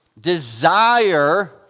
Desire